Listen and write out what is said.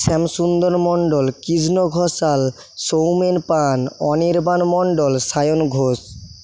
Shyamsundar Mondal Krishna Ghoshal Soumen Pan Anirban Mondal Sayan Ghosh